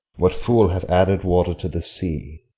what fool hath added water to the sea,